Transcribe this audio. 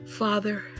Father